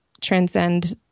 transcend